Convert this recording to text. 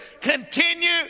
continue